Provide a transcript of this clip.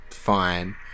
fine